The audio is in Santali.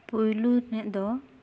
ᱯᱩᱭᱞᱩ ᱨᱮᱱᱤᱡ ᱫᱚ